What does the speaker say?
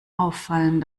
auffallen